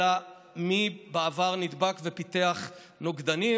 אלא מי נדבק בעבר ופיתח נוגדנים.